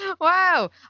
Wow